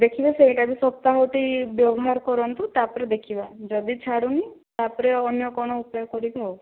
ଦେଖିବେ ସେଇଟାବି ସପ୍ତାହଟି ବ୍ୟବହାର କରନ୍ତୁ ତାପରେ ଦେଖିବା ଯଦି ଛାଡ଼ୁନି ତାପରେ ଅନ୍ୟ କଣ ଉପାୟ କରିବା ଆଉ